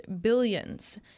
billions